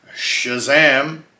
Shazam